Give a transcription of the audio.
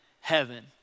heaven